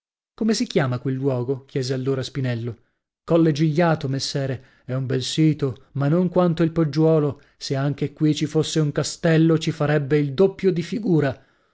come si chiama quel luogo chiese allora spinello colle gigliato messere è un bel sito ma non quanto il poggiuolo sa anche qui ci fosse un castello ci farebbe il doppio di figura